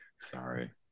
Sorry